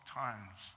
times